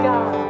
God